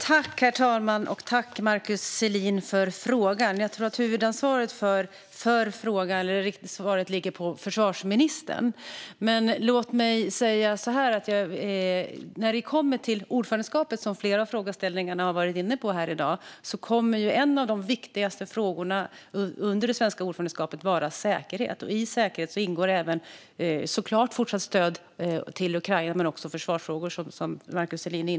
Herr talman! Jag tackar Markus Selin för frågan. Huvudansvaret för detta ligger på försvarsministern, men låt mig säga så här: Under vårt ordförandeskap kommer en av de viktigaste frågorna vara säkerhet. Här ingår såklart fortsatt stöd till Ukraina men också försvarsfrågor.